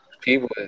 people